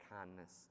kindness